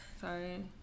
sorry